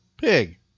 pig